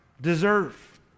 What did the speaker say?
deserve